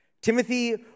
Timothy